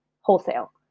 wholesale